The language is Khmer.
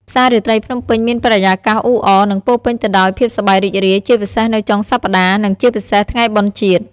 ផ្សាររាត្រីភ្នំពេញមានបរិយាកាសអ៊ូអរ និងពោរពេញទៅដោយភាពសប្បាយរីករាយ ជាពិសេសនៅចុងសប្ដាហ៍ និងជាពិសេសថ្ងៃបុណ្យជាតិ។